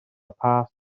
pasg